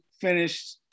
finished